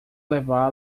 levá